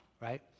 right